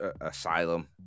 Asylum